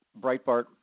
Breitbart